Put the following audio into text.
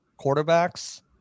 quarterbacks